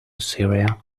syria